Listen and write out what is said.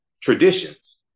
traditions